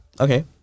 okay